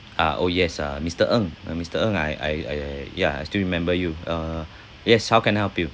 ah orh yes uh mister ng ah mister ng I I ya I still remember you uh yes how can I help you